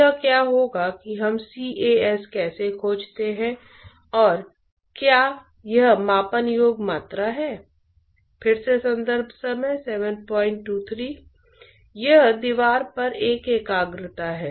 आपको याद होगा कि जब हमने न्यूटन के शीतलन के नियम पर चर्चा की थी तो हमने कहा था कि इंटरफ़ेस पर हीट ट्रांसफर का मूल तंत्र कन्वेक्शन नहीं है यह वास्तव में प्रसार है